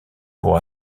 pour